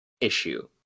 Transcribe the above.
issue